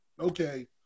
okay